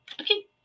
Okay